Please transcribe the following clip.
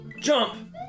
Jump